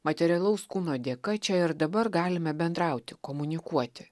materialaus kūno dėka čia ir dabar galime bendrauti komunikuoti